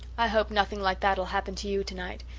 i hope nothing like that'll happen to you tonight.